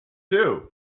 too